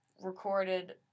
recorded